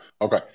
Okay